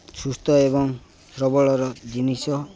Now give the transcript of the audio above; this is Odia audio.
ସୁସ୍ଥ ଏବଂ ସବଳର ଜିନିଷ